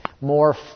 more